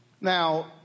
Now